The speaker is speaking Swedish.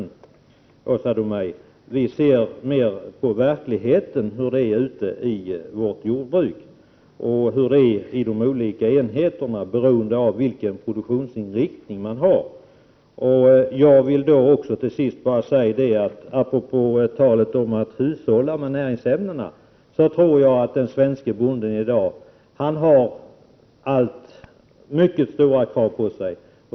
Vi moderater ser mera till verkligheten, hur det är ute i jordbruket i Sverige när det gäller de olika enheterna. Produktionsinriktningen är ju avgörande. Till sist vill jag apropå talet om att hushålla med näringsämnen säga följande. Jag vet att den svenske bonden i dag har mycket stora krav på sig.